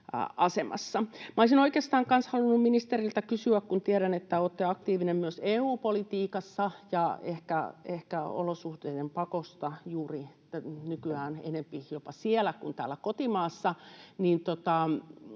olisin oikeastaan kanssa halunnut ministeriltä kysyä, kun tiedän, että olette aktiivinen myös EU-politiikassa ja ehkä olosuhteiden pakosta juuri nykyään enempi jopa siellä kuin täällä kotimaassa: